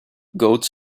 goats